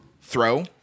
throw